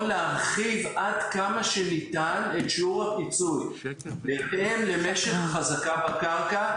להרחיב עד כמה שניתן את שיעור הפיצוי בהתאם למשך החזקה בקרקע